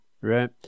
Right